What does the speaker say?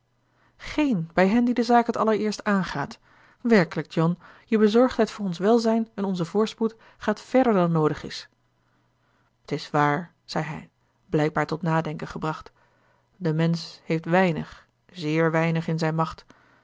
gééne bij hen die de zaak het allereerst aangaat werkelijk john je bezorgdheid voor ons welzijn en onzen voorspoed gaat verder dan noodig is t is waar zei hij blijkbaar tot nadenken gebracht de mensch heeft weinig zéér weinig in zijn macht